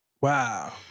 Wow